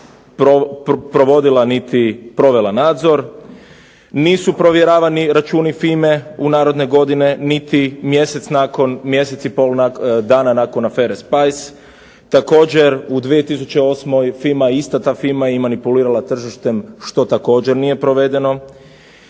nisu provjeravani računi FIME u naredne godine, niti nakon mjesec i pol dana nakon afere Spice, također u 2008. FIMA ista je također manipulirala tržištem što također nije provedeno